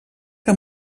que